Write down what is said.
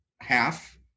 half